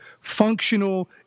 functional